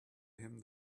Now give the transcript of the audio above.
him